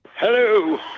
Hello